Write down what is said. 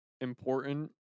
important